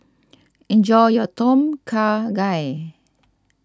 enjoy your Tom Kha Gai